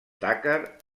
dakar